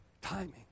timing